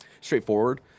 straightforward